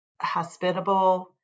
hospitable